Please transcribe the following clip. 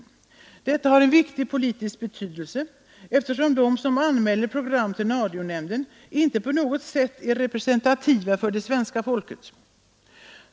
Detta har en viktig politisk betydelse, eftersom de som anmäler program till radionämnden inte på något sätt är representativa för svenska folket.